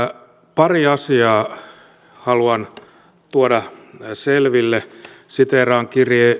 pari asiaa haluan tuoda selville siteeraan